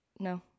No